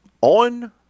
on